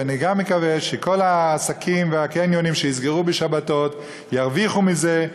ואני גם מקווה שכל העסקים והקניונים שייסגרו בשבתות ירוויחו מזה.